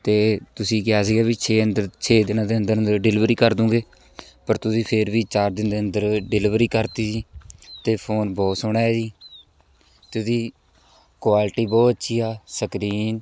ਅਤੇ ਤੁਸੀਂ ਕਿਹਾ ਸੀਗਾ ਵੀ ਛੇ ਅੰਦਰ ਛੇ ਦਿਨਾਂ ਦੇ ਅੰਦਰ ਅੰਦਰ ਡਿਲੀਵਰੀ ਕਰਦੂਗੇ ਪਰ ਤੁਸੀਂ ਫਿਰ ਵੀ ਚਾਰ ਦਿਨ ਦੇ ਅੰਦਰ ਡਿਲੀਵਰੀ ਕਰਤੀ ਜੀ ਅਤੇ ਫੋਨ ਬਹੁਤ ਸੋਹਣਾ ਏ ਜੀ ਅਤੇ ਉਹਦੀ ਕੁਆਲਿਟੀ ਬਹੁਤ ਅੱਛੀ ਆ ਸਕਰੀਨ